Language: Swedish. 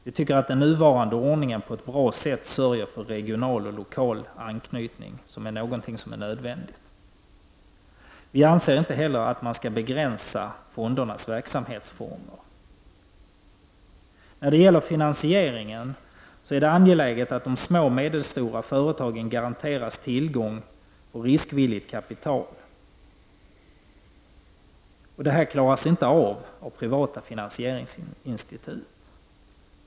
Vi tycker att den nuvarande ordningen på ett bra sätt sörjer för regional och lokal anknytning, vilket är nödvändigt. Vi anser inte heller att man skall begränsa fondernas verksamhetsformer. När det gäller finansieringen är det angeläget att de små och medelstora företagen garanteras tillgång till riskvilligt kapital. Det klaras inte av privata finansieringsinstitut.